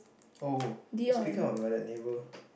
oh speaking of about that neighbour